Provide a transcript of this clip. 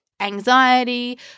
anxiety